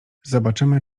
zobaczymy